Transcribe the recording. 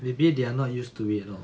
maybe they are not used to it lor